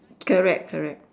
correct correct